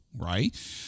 right